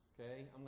Okay